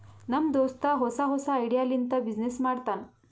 ನಮ್ ದೋಸ್ತ ಹೊಸಾ ಹೊಸಾ ಐಡಿಯಾ ಲಿಂತ ಬಿಸಿನ್ನೆಸ್ ಮಾಡ್ತಾನ್